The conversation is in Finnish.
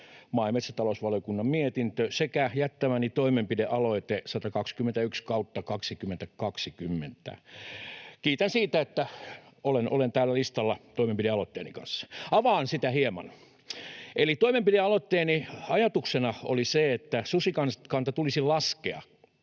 maa‑ ja metsätalousvaliokunnan mietintö sekä jättämäni toimenpidealoite 121/2020. Kiitän siitä, että olen tällä listalla toimenpidealoitteeni kanssa. Avaan sitä hieman. Toimenpidealoitteeni ajatuksena oli se, että susikanta tulisi tarkkaan